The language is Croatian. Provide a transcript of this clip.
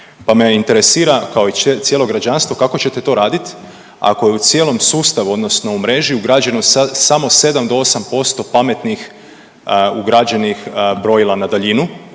pa me interesira kao cijelo građanstvo, kako ćete to raditi ako je u cijelom sustavu, odnosno u mreži ugrađeno samo 7 do 8% pametnih ugrađenih brojila na daljinu,